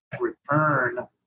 return